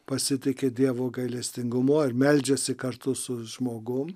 pasitiki dievo gailestingumu ar meldžiasi kartu su žmogum